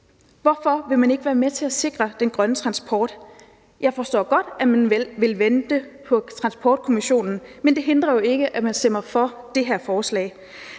Hvorfor vil man ikke være med til at sikre den grønne transport? Jeg forstår godt, at man vil vente på transportkommissionens konklusioner, men det hindrer jo ikke, at man stemmer for det her forslag.